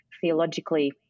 theologically